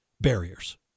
barriers